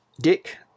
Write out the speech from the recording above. Dick